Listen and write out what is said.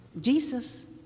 Jesus